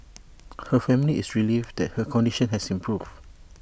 her family is relieved that her condition has improved